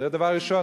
זה דבר ראשון.